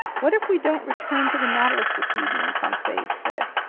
what if we don't return to the nautilus this evening? conseil said.